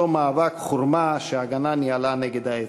אותו מאבק חורמה ש"ההגנה" ניהלה נגד האצ"ל.